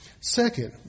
Second